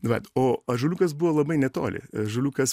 vat o ąžuoliukas buvo labai netoli ąžuoliukas